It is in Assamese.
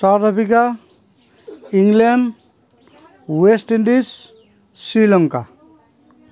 south Africa England West Indies Sri Lanka